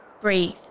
Breathe